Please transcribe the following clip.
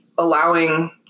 allowing